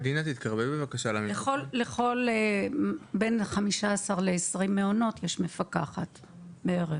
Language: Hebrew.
לכל בין 15-20 מעונות יש מפקחת בערך.